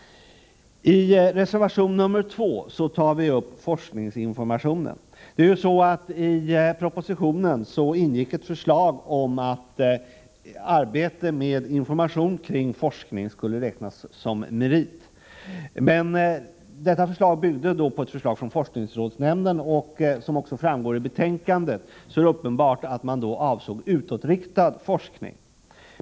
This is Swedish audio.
I reservation nr 2 tar vi upp forskningsinformationen. I propositionen ingick ett förslag om att arbete med information kring forskning skulle räknas som merit. Detta förslag byggde på ett förslag från forskningsrådsnämnden. Det är, vilket också framgår av betänkandet, uppenbart att man då avsåg utåtriktad forskning.